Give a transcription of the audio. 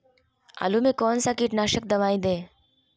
आलू में कौन सा कीटनाशक दवाएं दे?